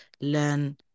Learn